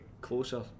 closer